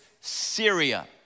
Syria